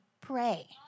pray